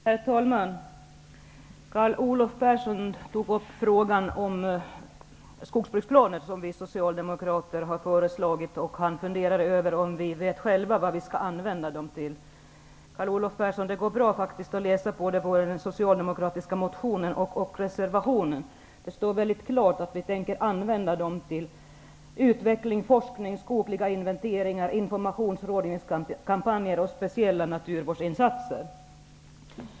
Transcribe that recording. Herr talman! Carl Olov Persson tog upp frågan om skogsbruksplaner som vi socialdemokrater har föreslagit, och han funderar över om vi själva vet vad vi skall använda dem till. Det går bra, Carl Olov Persson, att läsa i den socialdemokratiska motionen och reservationen. Där står väldigt klart att vi tänker använda dem till utveckling, forskning, skogliga inventeringar, informations och rådgivningskampanjer och speciella naturvårdsinsatser.